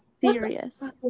serious